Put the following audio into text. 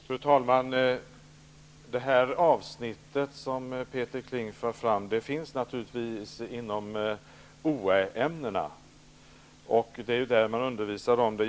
Fru talman! De frågor som Peter Kling för fram finns naturligtvis inom orienteringsämnena, och det är där man undervisar om dem.